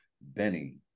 Benny